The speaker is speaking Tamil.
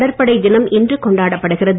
கடற்படைதினம் இன்று கொண்டாடப்படுகிறது